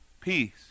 Peace